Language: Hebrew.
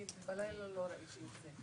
בלילה לא ראיתי את זה.